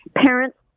parents